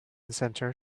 center